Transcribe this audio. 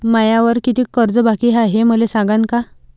मायावर कितीक कर्ज बाकी हाय, हे मले सांगान का?